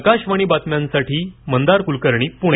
आकाशवाणी बातम्यांसाठी मंदार क्लकर्णी प्णे